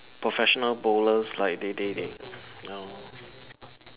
professional bowlers like they they they you know